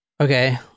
Okay